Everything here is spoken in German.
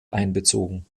einbezogen